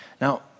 Now